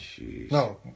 No